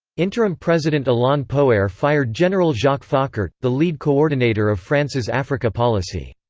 interim president alain poher fired general jacques foccart, the lead coordinator of france's africa policy.